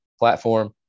Platform